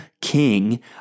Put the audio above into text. King